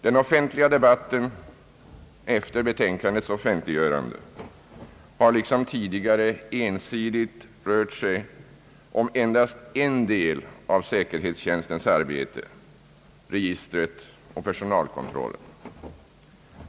Den offentliga debatten efter betänkandets publicering har liksom tidigare ensidigt rört sig om endast en del av säkerhetstjänstens arbete — registret och personalkontrollen.